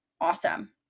awesome